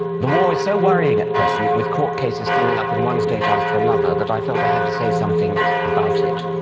the war is so worrying at present, with court cases coming up in one state after another, that i felt i had to say something about it.